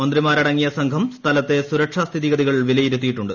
മന്ത്രിമാരടങ്ങിയ സംഘം സ്ഥലത്തെ സുരക്ഷാ സ്ഥിതിഗതികൾ വിലയിരുത്തിയിട്ടുണ്ട്